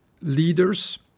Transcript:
leaders